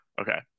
Okay